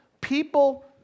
people